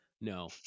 No